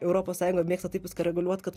europos sąjunga mėgsta taip viską reguliuot kad